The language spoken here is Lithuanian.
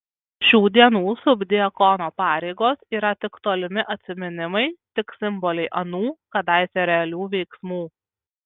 šių dienų subdiakono pareigos yra tik tolimi atsiminimai tik simboliai anų kadaise realių veiksmų